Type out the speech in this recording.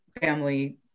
family